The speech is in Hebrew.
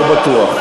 לא בטוח.